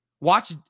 Watch